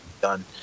done